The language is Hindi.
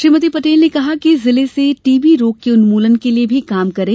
श्रीमती पटेल ने कहा कि जिले से टीबी रोग के उन्मूलन के लिए भी काम करें